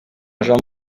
jean